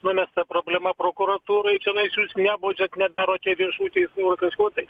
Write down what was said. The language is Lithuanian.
numesta problema prokuratūrai čionai jūs nebaudžiat nedarot čia viešų teismų ar kažko tai